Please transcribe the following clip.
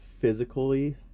physically